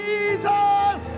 Jesus